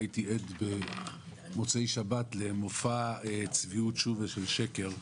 הייתי שוב עד במוצאי שבת למופע של צביעות ושל שקר.